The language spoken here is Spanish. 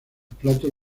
platos